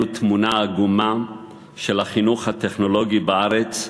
תמונה עגומה של החינוך הטכנולוגי בארץ,